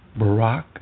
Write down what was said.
Barack